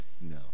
No